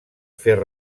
fer